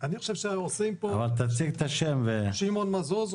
שמעון מזוז,